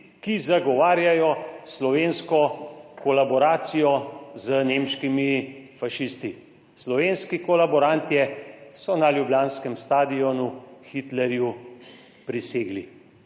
ki zagovarjajo slovensko kolaboracijo z nemškimi fašisti. Slovenski kolaborantje so na ljubljanskem stadionu Hitlerju prisegli